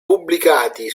pubblicati